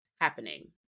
happening